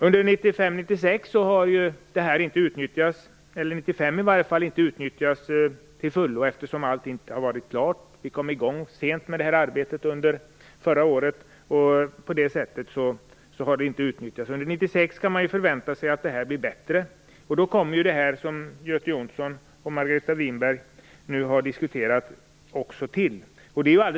Under 1995 har inte systemet utnyttjats till fullo, eftersom allting inte ha varit klart. Vi kom i gång sent med arbetet. Under 1996 kan man förvänta sig att det blir bättre. Till det kommer det som Göte Jonsson och Margareta Winberg nu har diskuterat.